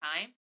time